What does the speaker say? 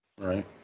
Right